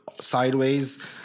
sideways